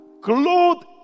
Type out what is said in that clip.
clothed